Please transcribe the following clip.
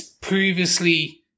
previously